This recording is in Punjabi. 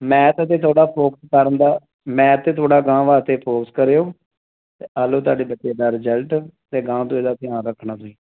ਮੈਥ 'ਤੇ ਥੋੜ੍ਹਾ ਫੋਕਸ ਕਰਨ ਦਾ ਮੈਥ 'ਤੇ ਥੋੜ੍ਹਾ ਅਗਾਹਾਂ ਵਾਸਤੇ ਫੋਰਸ ਕਰਿਓ ਅਤੇ ਆਹ ਲਓ ਤੁਹਾਡੇ ਬੱਚੇ ਦਾ ਰਿਜਲਟ ਅਤੇ ਅਗਾਹਾਂ ਤੋਂ ਇਹਦਾ ਧਿਆਨ ਰੱਖਣਾ ਤੁਸੀਂ